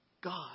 God